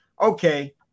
okay